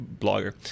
blogger